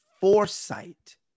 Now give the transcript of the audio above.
foresight